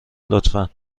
لطفا